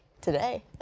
today